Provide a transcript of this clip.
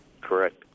Correct